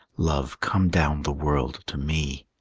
love, come down the world to me!